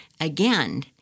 Again